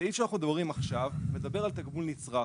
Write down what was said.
הסעיף שאנחנו מדברים עכשיו מדבר על תגמול נצרך,